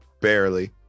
barely